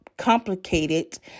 complicated